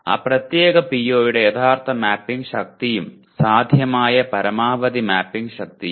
ആ പ്രത്യേക പിഒയുടെ യഥാർത്ഥ മാപ്പിംഗ് ശക്തിയും സാധ്യമായ പരമാവധി മാപ്പിംഗ് ശക്തിയും